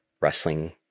wrestling